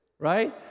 right